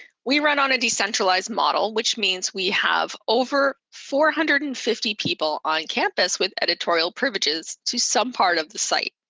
we run on a decentralized model, which means we have over four hundred and fifty people on campus with editorial privileges to some part of the site.